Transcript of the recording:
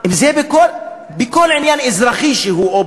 אם בכל עניין אזרחי שהוא,